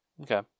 Okay